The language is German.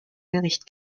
bericht